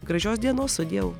gražios dienos sudiev